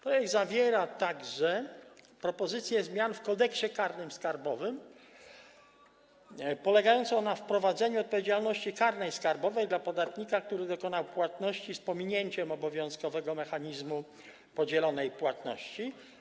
Projekt zawiera także propozycję zmian w Kodeksie karnym skarbowym polegającą na wprowadzeniu odpowiedzialności karnej skarbowej dla podatnika, który dokonał płatności z pominięciem obowiązkowego mechanizmu podzielonej płatności.